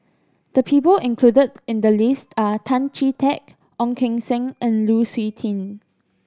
the people included in the list are Tan Chee Teck Ong Keng Sen and Lu Suitin